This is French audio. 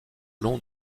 long